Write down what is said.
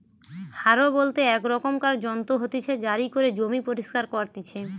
হারও বলতে এক র্কমকার যন্ত্র হতিছে জারি করে জমি পরিস্কার করতিছে